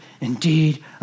indeed